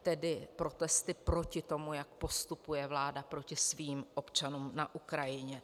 Tedy protesty proti tomu, jak postupuje vláda proti svým občanům na Ukrajině.